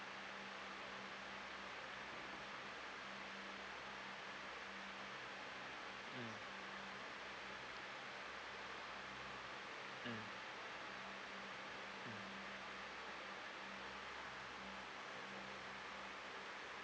mm mm mm